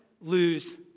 lose